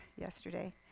yesterday